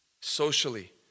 socially